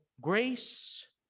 grace